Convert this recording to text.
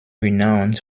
renowned